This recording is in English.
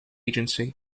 agency